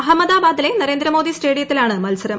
അഹമ്മദാബാദിലെ നരേന്ദ്രമോദി സ്റ്റേഡിയത്തിലാണ് മത്സരം